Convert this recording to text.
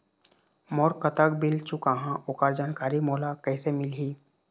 मोर कतक बिल चुकाहां ओकर जानकारी मोला कैसे मिलही?